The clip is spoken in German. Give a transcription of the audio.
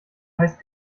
heißt